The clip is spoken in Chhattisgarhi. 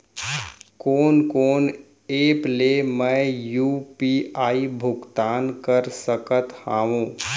कोन कोन एप ले मैं यू.पी.आई भुगतान कर सकत हओं?